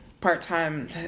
part-time